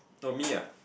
not me ah